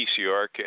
PCR